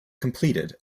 completed